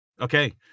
Okay